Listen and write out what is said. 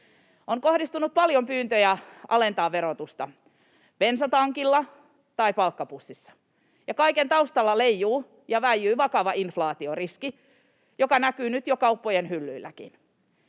On kohdistunut paljon pyyntöjä verotuksen alentamiseen bensatankilla tai palkkapussissa, ja kaiken taustalla leijuu ja väijyy vakava inflaatioriski, joka näkyy nyt jo kauppojen hyllyilläkin.